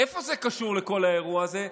איפה זה קשור לכל האירוע הזה?